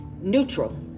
neutral